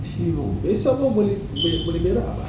esok pun boleh gerak